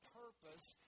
purpose